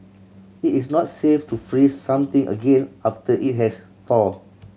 it is not safe to freeze something again after it has thaw